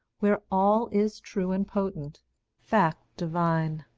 where all is true and potent fact divine.